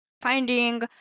finding